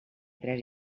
tres